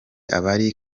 abari